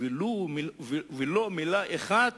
ולא מלה אחת